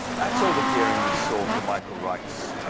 that's all the gearing we saw for michael wright's